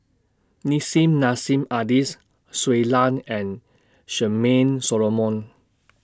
Nissim Nassim Adis Shui Lan and Charmaine Solomon